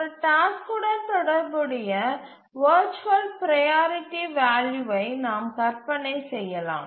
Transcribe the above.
ஒரு டாஸ்க்குடன் தொடர்புடைய வர்ச்சுவல் ப்ரையாரிட்டி வேல்யூவை நாம் கற்பனை செய்யலாம்